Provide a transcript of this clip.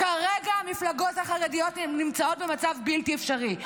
כרגע המפלגות החרדיות נמצאות במצב בלתי אפשרי: